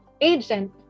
agent